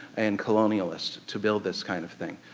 and colonialists to build this kind of thing.